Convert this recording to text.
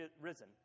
risen